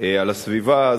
על הסביבה,